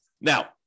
Now